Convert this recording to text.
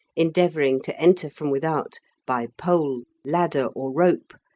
endeavouring to enter from without by pole, ladder, or rope,